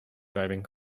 driving